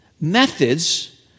methods